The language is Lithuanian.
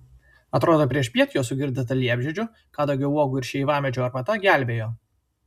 atrodo priešpiet jo sugirdyta liepžiedžių kadagio uogų ir šeivamedžio arbata gelbėjo